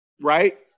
Right